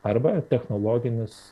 arba technologinius